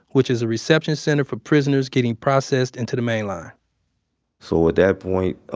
which is a reception center for prisoners getting processed into the main line so at that point,